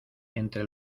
entre